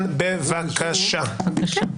בבקשה.